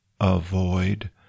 avoid